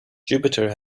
jupiter